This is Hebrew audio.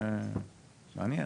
מעניין.